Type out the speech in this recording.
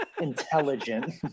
intelligent